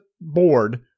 board